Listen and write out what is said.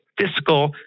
fiscal